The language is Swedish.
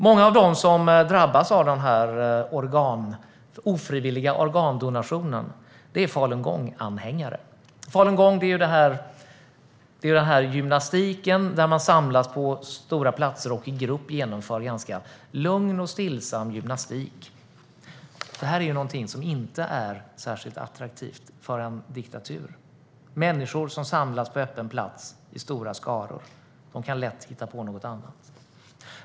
Många av dem som drabbas av de ofrivilliga organdonationerna är falungonganhängare. Falungong är den där gymnastiken där man samlas på stora platser och i grupp genomför en ganska lugn och stillsam gymnastik. Det är någonting som inte är särskilt attraktivt för en diktatur - människor som samlas i stora skaror på öppen plats kan lätt hitta på något annat.